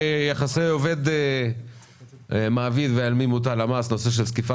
מוצאים ויעדים של כל הארץ מ-2018 עד 2019. על פי הסקר